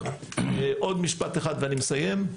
עוד משפט אחד ואני מסיים.